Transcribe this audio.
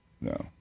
No